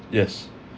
yes